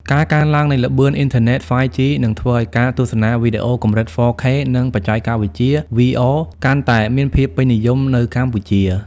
ការកើនឡើងនៃល្បឿនអ៊ីនធឺណិត 5G នឹងធ្វើឱ្យការទស្សនាវីដេអូកម្រិត 4K និងបច្ចេកវិទ្យា VR កាន់តែមានភាពពេញនិយមនៅកម្ពុជា។